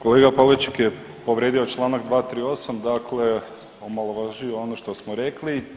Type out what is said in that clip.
Kolega Pavliček je povrijedio Članak 238., dakle omalovaživa ono što smo rekli.